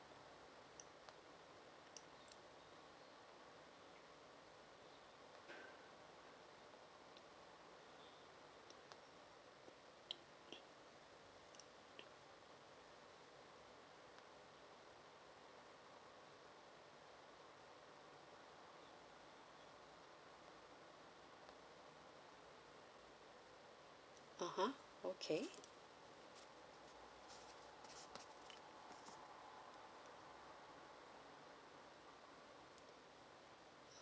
(uh huh) okay